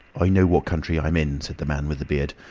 i know what country i'm in, said the man with the beard.